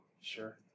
Sure